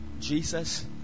Jesus